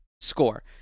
score